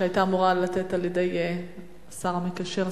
שהיתה אמורה להינתן על-ידי השר המקשר,